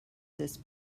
this